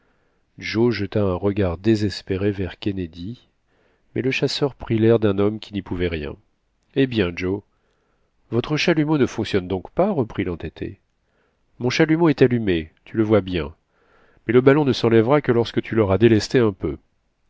jeta un regard désespéré vers kennedy mais le chasseur prit l'air dun homme qui n'y pouvait rien eh bien joe votre chalumeau ne fonctionne donc pas reprit l'entêté mon chalumeau est allumé tu le vois bien mais le ballon ne s'enlèvera que lorsque tu l'auras délesté un peu